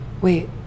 Wait